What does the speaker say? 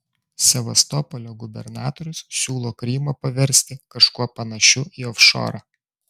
sevastopolio gubernatorius siūlo krymą paversti kažkuo panašiu į ofšorą